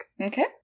Okay